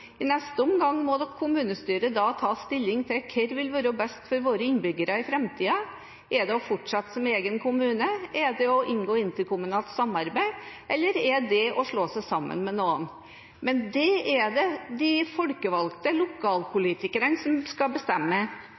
I neste omgang må kommunestyret ta stilling til hva som vil være best for deres innbyggere i framtiden. Er det å fortsette som egen kommune? Er det å inngå interkommunalt samarbeid? Eller er det å slå seg sammen med noen? Men det er det de folkevalgte lokalpolitikerne som skal bestemme.